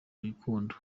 rukundo